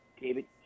David